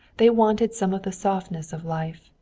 they wanted some of the softness of life,